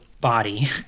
body